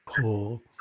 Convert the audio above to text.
pull